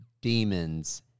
demons